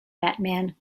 batman